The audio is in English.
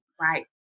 Right